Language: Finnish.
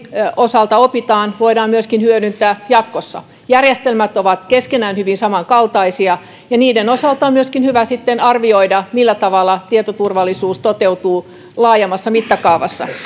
osalta opitaan voidaan myöskin hyödyntää jatkossa järjestelmät ovat keskenään hyvin samankaltaisia ja niiden osalta on myöskin hyvä arvioida millä tavalla tietoturvallisuus toteutuu laajemmassa mittakaavassa